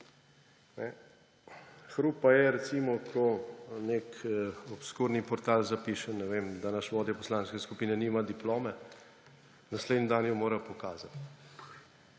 Hrup pa je, recimo, ko nek obskurni portal zapiše, da naš vodja poslanske skupine nima diplome − naslednji dan jo mora pokazati.